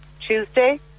Tuesday